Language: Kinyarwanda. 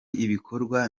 ibikorwa